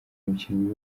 umukinnyi